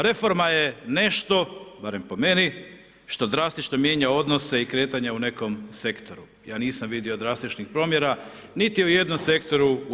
Reforma je nešto, barem po meni što drastično mijenja odnose i kretanja u nekom sektoru, ja nisam vidio drastičnih promjena niti u jednom sektoru u RH.